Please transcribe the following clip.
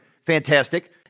Fantastic